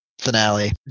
finale